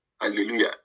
Hallelujah